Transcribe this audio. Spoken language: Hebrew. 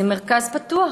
זה מרכז פתוח,